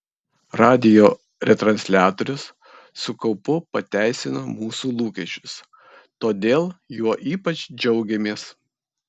radijo retransliatorius su kaupu pateisino mūsų lūkesčius todėl juo ypač džiaugiamės